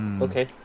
okay